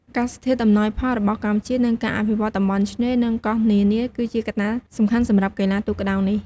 អាកាសធាតុអំណោយផលរបស់កម្ពុជា និងការអភិវឌ្ឍន៍តំបន់ឆ្នេរ និងកោះនានា គឺជាកត្តាសំខាន់សម្រាប់កីឡាទូកក្ដោងនេះ។